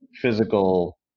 physical